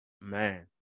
Man